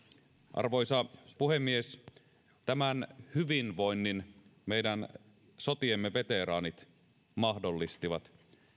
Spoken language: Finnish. arvoisa puhemies tämän hyvinvoinnin meidän sotiemme veteraanit mahdollistivat